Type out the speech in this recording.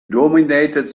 dominated